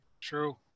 true